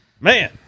Man